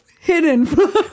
hidden